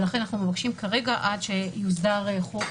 לכן אנחנו מבקשים כרגע שעד שיוסדר חוק